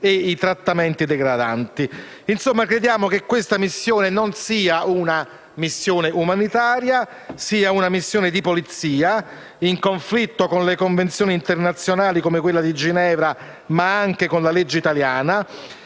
e i trattamenti degradanti. Insomma, crediamo che questa missione non sia una missione umanitaria, ma sia una missione di polizia, in conflitto con le convenzioni internazionali, come quella di Ginevra, ma anche con la legge italiana.